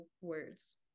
words